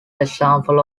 example